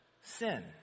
sin